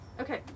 Okay